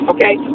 Okay